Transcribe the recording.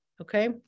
Okay